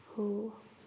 हो